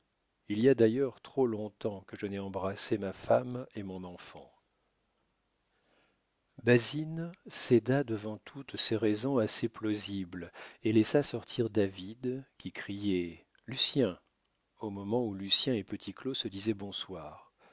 il y a d'ailleurs trop long-temps que je n'ai embrassé ma femme et mon enfant basine céda devant toutes ces raisons assez plausibles et laissa sortir david qui criait lucien au moment où lucien et petit claud se disaient bonsoir